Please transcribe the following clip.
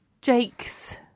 jake's